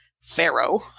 Pharaoh